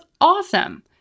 awesome